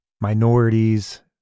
minorities